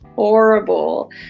Horrible